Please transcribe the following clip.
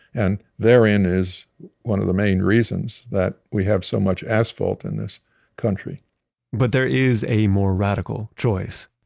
and therein is one of the main reasons that we have so much asphalt in this country but there is a more radical choice.